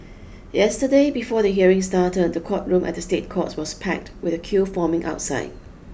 yesterday before the hearing started the courtroom at the State Courts was packed with a queue forming outside